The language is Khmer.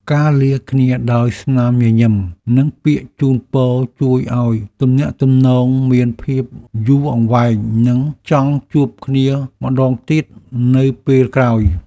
ការលាគ្នាដោយស្នាមញញឹមនិងពាក្យជូនពរជួយឱ្យទំនាក់ទំនងមានភាពយូរអង្វែងនិងចង់ជួបគ្នាម្ដងទៀតនៅពេលក្រោយ។